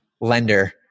lender